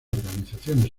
organizaciones